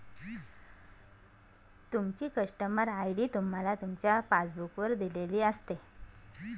तुमची customer ID तुम्हाला तुमच्या पासबुक वर दिलेली असते